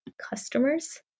customers